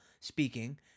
speaking